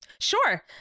Sure